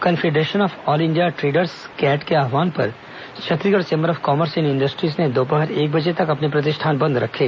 confederation of all India traders CAT के आव्हान पर Chhattisgarh chamber of commerce and industries ने दोपहर एक बजे तक अपने प्रतिष्ठान बंद रखे